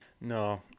No